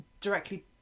directly